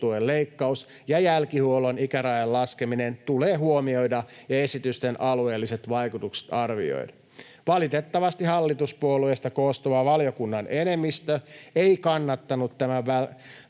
ja jälkihuollon ikärajan laskeminen, tulee huomioida ja esitysten alueelliset vaikutukset arvioida. Valitettavasti hallituspuolueista koostuva valiokunnan enemmistö ei kannattanut tämän välttämättömän